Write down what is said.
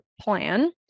plan